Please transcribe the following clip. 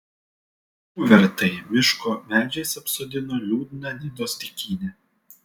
kuvertai miško medžiais apsodino liūdną nidos dykynę